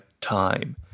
time